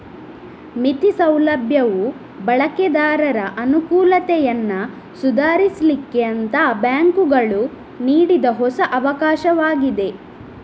ಮಿತಿ ಸೌಲಭ್ಯವು ಬಳಕೆದಾರರ ಅನುಕೂಲತೆಯನ್ನ ಸುಧಾರಿಸ್ಲಿಕ್ಕೆ ಅಂತ ಬ್ಯಾಂಕುಗಳು ನೀಡಿದ ಹೊಸ ಅವಕಾಶವಾಗಿದೆ